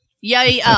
yay